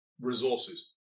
resources